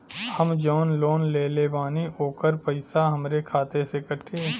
हम जवन लोन लेले बानी होकर पैसा हमरे खाते से कटी?